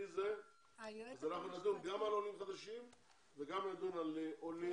אנחנו נדון גם על עולים חדשים וגם על עולי